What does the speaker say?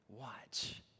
Watch